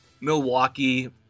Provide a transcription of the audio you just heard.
Milwaukee